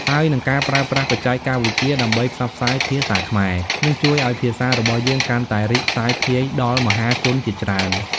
ហើយនិងការប្រើប្រាស់បច្ចេកវិទ្យាដើម្បីផ្សព្វផ្សាយភាសាខ្មែរ នឹងជួយឲ្យភាសារបស់យើងកាន់តែរីកសាយភាយដល់មហាជនជាច្រើន។